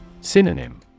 Synonym